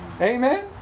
Amen